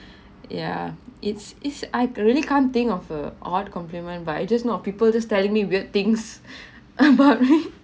yeah it's it's I really can't think of a odd compliment but I just know people just telling me weird things about